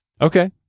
Okay